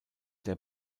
der